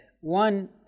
One